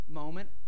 moment